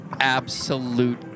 absolute